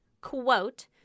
Quote